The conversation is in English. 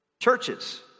Churches